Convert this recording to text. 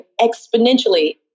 exponentially